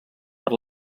per